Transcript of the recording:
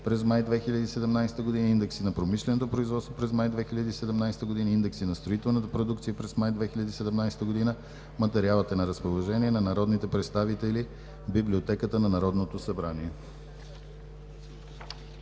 месец май 2017 г., индекси на промишленото производство през месец май 2017 г., индекси на строителната продукция през месец май 2017 г. Материалът е на разположение на народните представители в Библиотеката на Народното събрание.